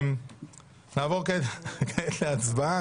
נעבור כעת להצבעה,